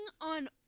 on